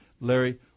Larry